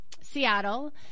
Seattle